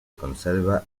conserva